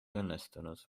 õnnestunud